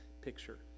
picture